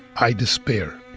i despair.